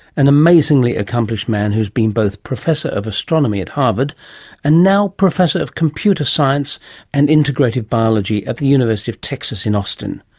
an amazingly accomplished man who has been both professor of astronomy at harvard and now professor of computer science and integrated biology at the university of texas in austen.